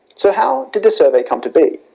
so how, did this survey come to be?